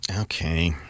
Okay